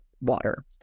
water